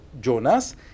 Jonas